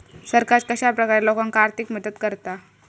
सरकार कश्या प्रकारान लोकांक आर्थिक मदत करता?